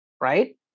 right